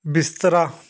ਬਿਸਤਰਾ